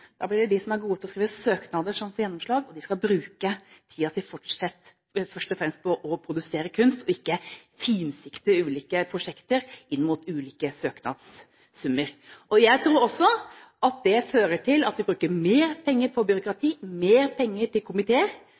blir det de som er gode til å skrive søknader, som får gjennomslag. De skal fortsatt først og fremst bruke tiden sin til å produsere kunst og ikke finsikte ulike prosjekter inn mot ulike søknadssummer. Jeg tror også det ville ført til at vi bruker mer penger på byråkrati, mer penger til komiteer